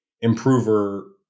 improver